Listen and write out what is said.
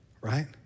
right